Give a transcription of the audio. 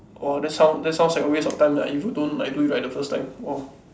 orh that sound that sounds like a waste of time lah if you don't like do it right the first time !wow!